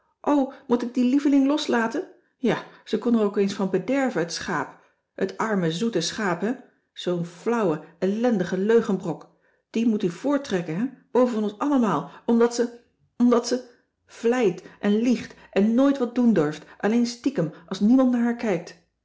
moet ik die lieveling loslaten ja ze kon er ook eens van bederven het schaap het arme zoete schaap hè zoo'n flauwe ellendige leugenbrok die moet u voortrekken hè boven ons allemaal omdat ze omdat ze vleit en liegt en nooit wat doen durft alleen stiekem als niemand naar haar kijkt